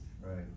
Right